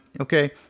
okay